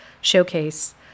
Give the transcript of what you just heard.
showcase